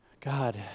God